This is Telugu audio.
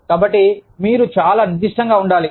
కాబట్టి మీరు చాలా నిర్దిష్టంగా ఉండాలి